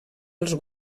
els